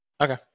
Okay